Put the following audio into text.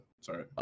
Sorry